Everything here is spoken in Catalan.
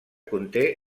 conté